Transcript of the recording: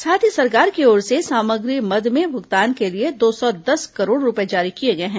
साथ ही सरकार की ओर से सामग्री मद में भुगतान के लिए दो सौ दस करोड़ रूपये जारी किए गए हैं